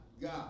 God